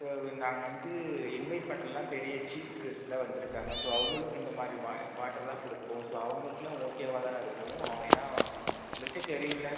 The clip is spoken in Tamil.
ஸோ நான் வந்து இன்வைட் பண்ணுறலாம் பெரிய சீஃப் கெஸ்ட்டெலாம் வந்திருக்காங்க ஸோ அவங்களுக்கு இந்தமாதிரி வா வாட்டர் தான் கொடுப்போம் ஸோ அவங்களுக்குலாம் ஓகேவா தானே இருக்கும் ஏன்னால் உங்களுக்கே தெரியும்லே